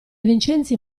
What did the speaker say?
vincenzi